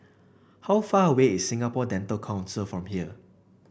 how far away is Singapore Dental Council from here